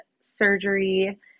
surgery